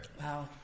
Wow